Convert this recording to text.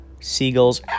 seagulls